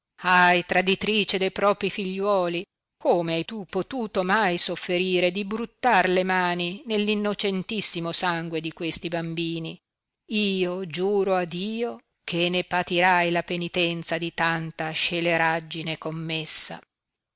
ahi traditrice de propi figliuoli come hai tu potuto mai sofferire di bruttar le mani ne l innocentissimo sangue di questi bambini io giuro a dio che ne patirai la penitenza di tanta sceleraggine commessa